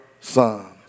son